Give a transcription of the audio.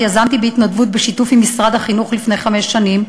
שיזמתי בהתנדבות בשיתוף עם משרד החינוך לפני חמש שנים,